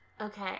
Okay